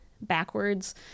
backwards